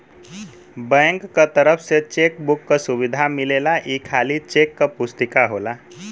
bank क तरफ से चेक बुक क सुविधा मिलेला ई खाली चेक क पुस्तिका होला